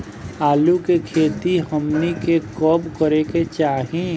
आलू की खेती हमनी के कब करें के चाही?